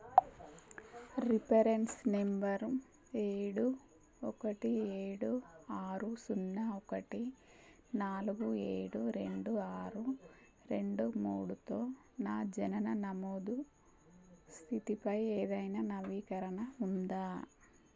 reference number ఏడు ఒకటి ఏడు ఆరు సున్నా ఒకటి నాలుగు ఏడు రెండు ఆరు రెండు మూడుతో నా జనన నమోదు స్థితిపై ఏదైనా నవీకరణ ఉందా